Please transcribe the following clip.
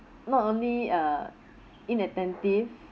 not only uh inattentive